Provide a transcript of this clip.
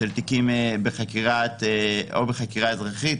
שזו תופעה רווחת בחברה הערבית הישראלית,